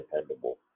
dependable